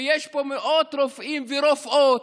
ויש בו מאות רופאים ורופאות,